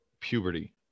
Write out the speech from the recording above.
puberty